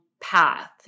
path